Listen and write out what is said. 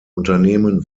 unternehmen